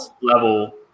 level